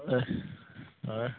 ஆ